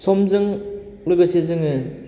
समजों लोगोसे जोङो